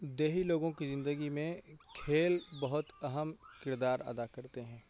دیہی لوگوں کی زندگی میں کھیل بہت اہم کردار ادا کرتے ہیں